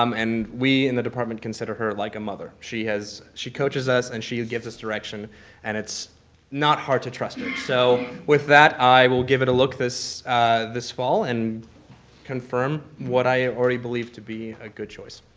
um and we in the department consider her like a mother. she has she coaches us and she gives us direction and it's not hard to trust her. so with that, i will give it a look this this fall and confirm what i already believe to be a good choice.